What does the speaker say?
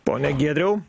pone giedriau